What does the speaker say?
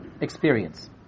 experience